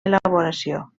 elaboració